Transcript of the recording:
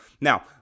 Now